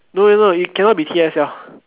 no no no it cannot be T_S_L